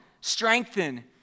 strengthen